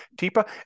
tipa